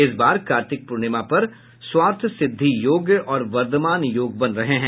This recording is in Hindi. इस बार कार्तिक पूर्णिमा पर र्स्वार्थसिद्धि योग और वर्धमान योग बन रहे हैं